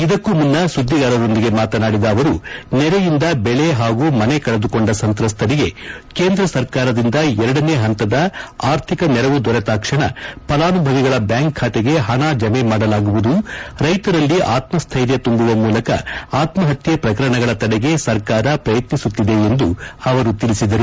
ಇದಕ್ಕೂ ಮುನ್ನ ಸುದ್ವಿಗಾರರೊಂದಿಗೆ ಮಾತನಾಡಿದ ಅವರು ನೆರೆಯಿಂದ ಬೆಳೆ ಹಾಗೂ ಮನೆ ಕಳೆದುಕೊಂಡ ಸಂತ್ರಸ್ತರಿಗೆ ಕೇಂದ್ರ ಸರ್ಕಾರದಿಂದ ಎರಡನೇ ಹಂತದ ಆರ್ಥಿಕ ನೆರವು ದೊರೆತಾಕ್ಷಣ ಫಲಾನುಭವಿಗಳ ಬ್ಯಾಂಕ್ ಬಾತೆಗೆ ಹಣ ಜಮೆ ಮಾಡಲಾಗುವುದು ರೈತರಲ್ಲಿ ಆತ್ಪ್ವೈರ್ಯ ತುಂಬುವ ಮೂಲಕ ಆತ್ಮಹತ್ಯ ಪ್ರಕರಣಗಳ ತಡೆಗೆ ಸರ್ಕಾರ ಪ್ರಯತ್ನಿಸುತ್ತಿದೆ ಎಂದು ಅವರು ತಿಳಿಸಿದರು